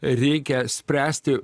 reikia spręsti